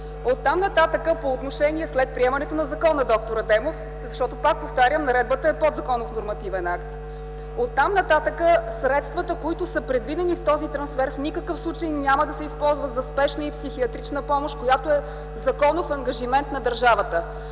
ДАРИТКОВА – ПРОДАНОВА: След приемането на закона, д р Адемов, защото, пак повтарям, наредбата е подзаконов нормативен акт. Оттам нататък средствата, които са предвидени в този трансфер, в никакъв случай няма да се използват за спешна и психиатрична помощ, която е законов ангажимент на държавата,